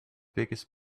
biggest